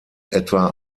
etwa